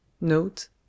Note